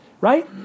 right